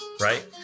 right